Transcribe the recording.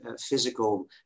physical